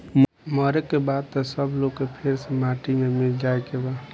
मरे के बाद त सब लोग के फेर से माटी मे मिल जाए के बा